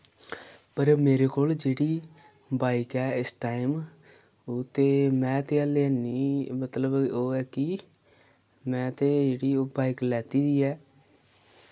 पर मेरे कोल जेह्ड़ी बाइक ऐ इस टाइम ओह् ते मै ते अल्ले नि मतलब ओह् ऐ कि मैं ते जेह्ड़ी ओह् बाइक लैती दी ऐ